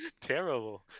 Terrible